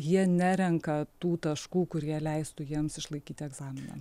jie nerenka tų taškų kurie leistų jiems išlaikyti egzaminą